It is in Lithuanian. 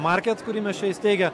market kurį mes čia įsteigę